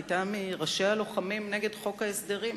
היתה מראשי הלוחמים נגד חוק ההסדרים.